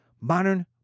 Modern